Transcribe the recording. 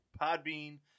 Podbean